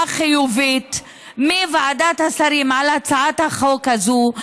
חיובית מוועדת השרים על הצעת החוק הזאת,